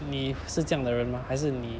你是这样的人吗还是你